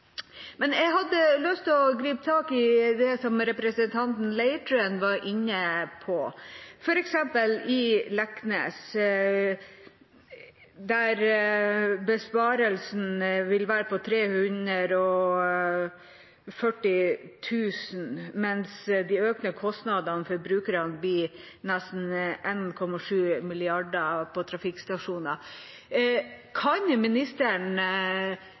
Jeg hadde lyst til å gripe tak i det som representanten Leirtrø var inne på: I Leknes, f.eks., vil besparelsen ved å legge ned trafikkstasjonen være på 340 000 kr, mens de økte kostnadene for brukerne blir nesten 1,7 mrd. kr. Kan ministeren se for seg løsninger der det kan